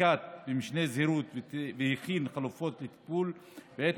נקט משנה זהירות והכין חלופות לטיפול בעת